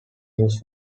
used